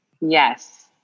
Yes